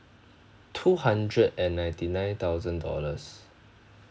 two hundred and ninety nine thousand dollars